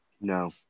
No